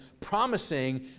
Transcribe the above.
Promising